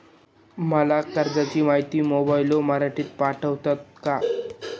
मला कर्जाची माहिती मोबाईलवर मराठीत पाठवता का?